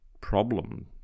problem